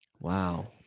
Wow